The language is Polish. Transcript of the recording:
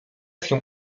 się